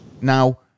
Now